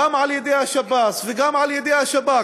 גם על-ידי השב"ס וגם על-ידי השב"כ.